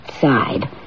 Side